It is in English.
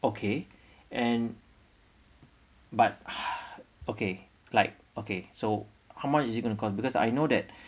okay and but okay like okay so how much is it going to cost because I know that